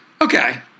Okay